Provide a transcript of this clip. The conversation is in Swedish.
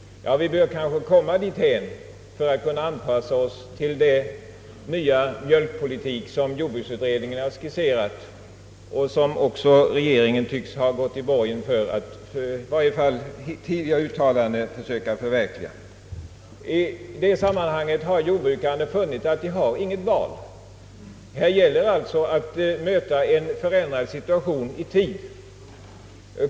Vi bör kanske komma dithän för att kunna an passa oss till den nya mjölkpolitik som jordbruksutredningen har skisserat och som också regeringen tycks ha gått i borgen för och som den i varje fall enligt tidigare uttalanden vill förverkliga. I det sammanhanget har jordbrukarna funnit att de inte har något val. Här gäller det alltså för dem att möta den förändrade situationen i tid.